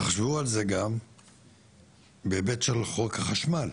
תחשבו על זה גם בהיבט של חוק החשמל.